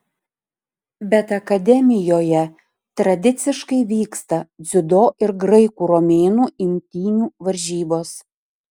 bet akademijoje tradiciškai vyksta dziudo ir graikų romėnų imtynių varžybos